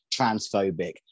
transphobic